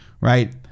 right